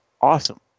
awesome